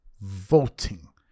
voting